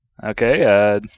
Okay